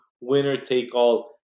winner-take-all